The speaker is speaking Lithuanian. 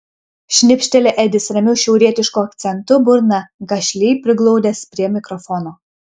šnipšteli edis ramiu šiaurietišku akcentu burną gašliai priglaudęs prie mikrofono